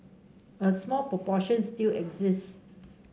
a small proportion still exists